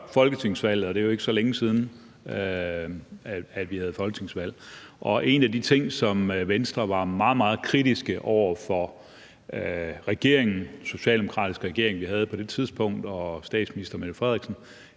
med før folketingsvalget. Det er jo ikke så længe siden, vi havde folketingsvalg, og en af de ting, som Venstre var meget, meget kritiske over for, hos den socialdemokratiske regering, vi havde på det tidspunkt, og statsminister Mette Frederiksen,